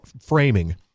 framing